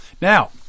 Now